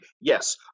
Yes